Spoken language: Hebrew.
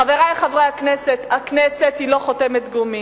חברי חברי הכנסת, הכנסת היא לא חותמת גומי.